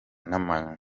n’amanywa